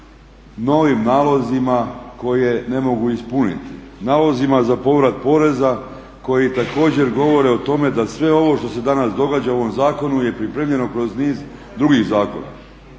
novim nalozima koje ne mogu ispuniti, nalozima za povrat poreza koji također govore o tome da sve ovo što se danas događa u ovom zakonu je pripremljeno kroz niz drugih zakona.